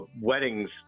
weddings